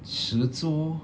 十桌